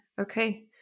Okay